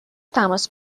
تماس